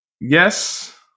Yes